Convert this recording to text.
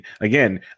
Again